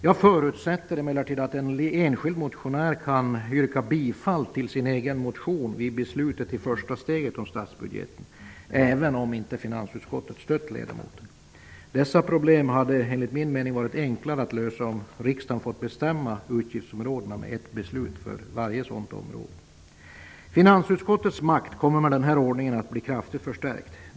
Jag förutsätter emellertid att en enskild motionär kan yrka bifall till sin egen motion vid beslutet i första steget om statsbudgeten, även om inte finansutskottet stött ledamöten. Dessa problem hade enligt min mening varit enklare att lösa om riksdagen fått bestämma utgiftsområdena med ett beslut för varje sådant område. Finansutskottets makt kommer med denna ordning att bli kraftigt förstärkt.